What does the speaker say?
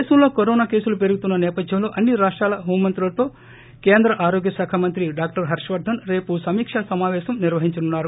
దేశంలో కరోనా కేసులు పెరుగుతున్న నేపథ్యంలో అన్ని రాష్టాల హోం మంత్రులతో కేంద్ర ఆరోగ్య శాఖ మంత్రి డాక్టర్ హర్షవర్దన్ రేపు సమీకా సమాపేశం నిర్వహించనున్నారు